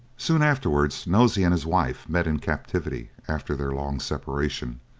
soon afterwards nosey and his wife met in captivity after their long separation,